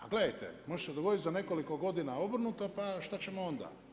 A gledajte, može se dogoditi za nekoliko godina obrnuto, pa šta ćemo onda.